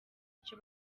icyo